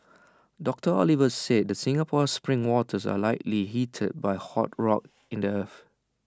doctor Oliver said the Singapore spring waters are likely heated by hot rock in the earth